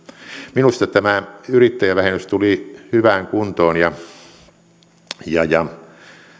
minusta tämä yrittäjävähennys tuli hyvään kuntoon ja ja